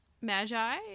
Magi